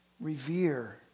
revere